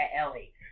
Ellie